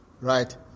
Right